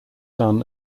son